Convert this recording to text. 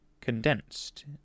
condensed